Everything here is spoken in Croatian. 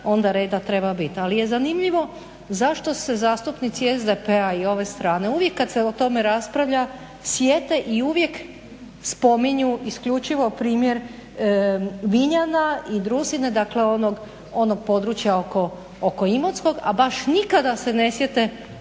onda reda treba biti. Ali je zanimljivo zašto se zastupnici SDP-a i ove strane uvijek kad se o tome raspravlja sjete i uvijek spominju isključivo primjer Vinjanja i Drusine. Dakle, onog područja oko Imotskog, a baš nikada se ne sjete